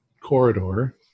corridor